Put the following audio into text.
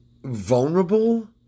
vulnerable